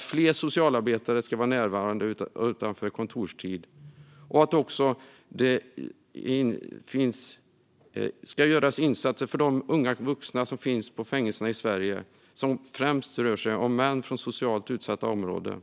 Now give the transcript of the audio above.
Fler socialarbetare ska vara närvarande utanför kontorstid. Det ska göras insatser för de unga vuxna som finns på fängelserna i Sverige. Det rör sig främst om män från socialt utsatta områden.